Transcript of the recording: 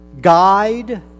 guide